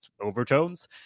overtones